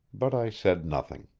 but i said nothing.